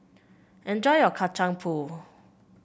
enjoy your Kacang Pool